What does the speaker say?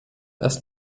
erst